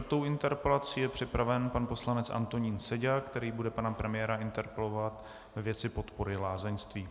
Se čtvrtou interpelací je připraven pan poslanec Antonín Seďa, který bude pana premiéra interpelovat ve věci podpory lázeňství.